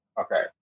Okay